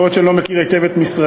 יכול להיות שאני לא מכיר היטב את משרדי,